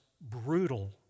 brutal